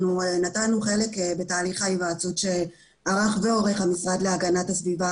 אנחנו נטלו חלק בתהליך ההיוועצות שערך ועורך המשרד להגנת הסביבה